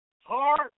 heart